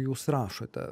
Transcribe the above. jūs rašote